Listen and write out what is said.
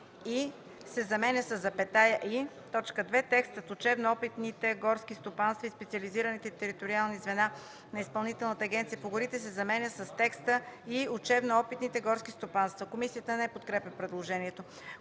„и”, заменя се със „запетая и”. 2. Текстът „учебно-опитните горски стопанства и специализираните териториални звена на Изпълнителната агенция по горите” се заменя с текста „и учебно-опитните горски стопанства”. Комисията не подкрепя предложението.